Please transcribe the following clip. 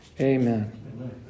Amen